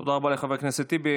תודה רבה לחבר הכנסת טיבי.